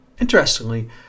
Interestingly